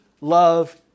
love